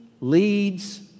leads